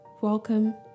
Welcome